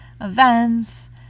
events